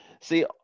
see